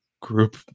group